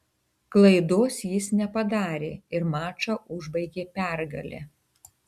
klaidos jis nepadarė ir mačą užbaigė pergale